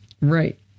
Right